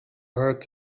heart